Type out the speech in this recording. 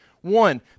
one